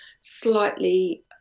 slightly